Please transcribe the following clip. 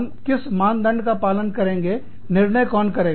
हम किस मानदंड का पालन करेंगे निर्णय कौन करेगा